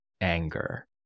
anger